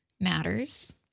matters